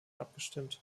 abgestimmt